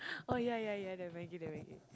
oh ya ya ya the Maggi the Maggi